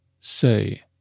say